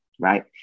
Right